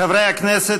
חברי הכנסת,